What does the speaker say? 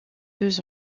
deux